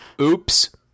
Oops